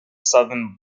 southern